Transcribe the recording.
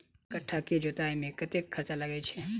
एक कट्ठा केँ जोतय मे कतेक खर्चा लागै छै?